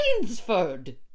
Rainsford